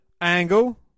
Angle